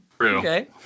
Okay